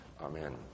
Amen